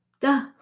duh